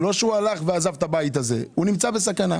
זה לא שהוא הלך ועזב את הבית הזה; הוא נמצא בסכנה.